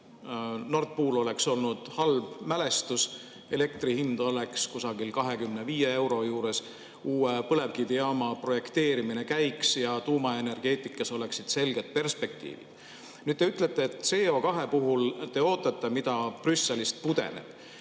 Nord Pool oleks halb mälestus, elektri hind oleks 25 euro juures, uue põlevkivijaama projekteerimine käiks ja tuumaenergeetikas oleksid selged perspektiivid. Nüüd te ütlete, et CO2puhul te ootate, mida Brüsselist pudeneb.